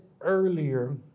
earlier